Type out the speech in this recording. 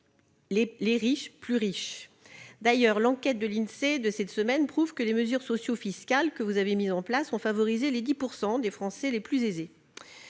les riches plus riches. L'enquête de l'Insee publiée cette semaine prouve d'ailleurs que les mesures socio-fiscales que vous avez mises en place ont favorisé les 10 % de Français les plus aisés,